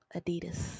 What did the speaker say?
adidas